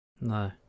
No